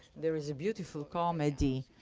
there is a beautiful comedy,